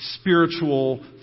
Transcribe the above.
spiritual